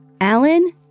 Alan